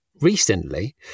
recently